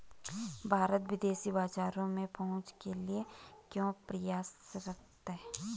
भारत विदेशी बाजारों में पहुंच के लिए क्यों प्रयासरत है?